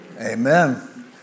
amen